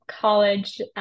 college